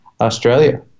Australia